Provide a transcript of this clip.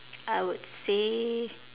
I would say